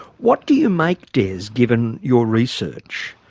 what do you make, des, given your research,